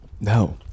No